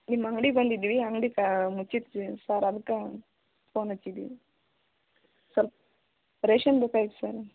ನಿಮ್ಮ ಅಂಗ್ಡಿಗೆ ಬಂದಿದ್ವಿ ಅಂಗಡಿ ಕಾ ಮುಚ್ಚಿತ್ತು ರೀ ಸರ್ ಅದ್ಕೆ ಫೋನ್ ಹಚ್ಚಿದ್ವಿ ಸ್ವಲ್ಪ ರೇಷನ್ ಬೇಕಾಗಿತ್ತು ಸರ್